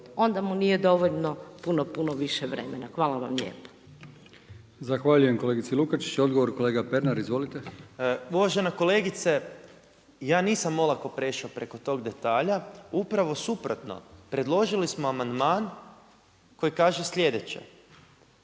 onda mu nije dovoljno puno, puno više vremena. Hvala vam lijepo. **Brkić, Milijan (HDZ)** Zahvaljujem kolegici Lukačić. Odgovor kolega Pernar. Izvolite. **Pernar, Ivan (Živi zid)** Uvažena kolegice, ja nisam olako prešao preko tog detalja, upravo suprotno, predložili smo amandman koji kaže sljedeće